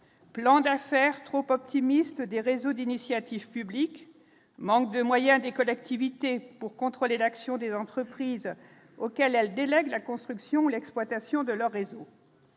plan d'affaires trop optimiste des réseaux d'initiative publique manque de moyens des collectivités pour contrôler l'action des entreprises auxquelles elle délègue la construction, l'exploitation de leurs réseaux.